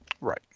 Right